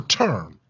term